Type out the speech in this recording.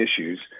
issues